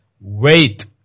wait